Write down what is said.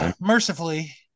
Mercifully